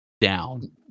down